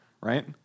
right